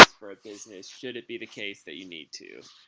for a business should it be the case that you need to.